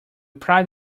pride